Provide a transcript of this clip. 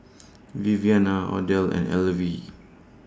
Viviana Odell and Elvie